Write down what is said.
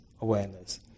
awareness